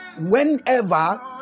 whenever